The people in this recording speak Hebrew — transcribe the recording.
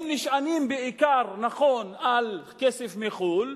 והם נשענות בעיקר, נכון, על כסף מחו"ל.